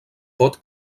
pot